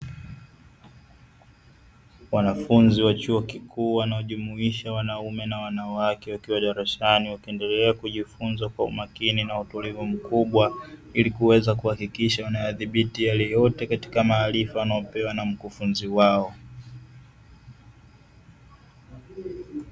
Wanafunzi wa chuo kikuu wanaojumuisha wanaume na wanawake wakiendelea kujifunza kwa utulivu na kwa umakini mkubwa, ili kuweza kuhakikisha wanayadhibiti yale yote katika maarifa wanayopewa na mkufunzi wao.